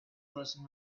crossing